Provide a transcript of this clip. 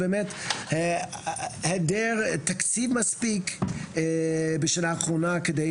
זה באמת היעדר תקציב מספיק בשנה האחרונה כדי